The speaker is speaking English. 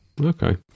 Okay